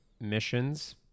missions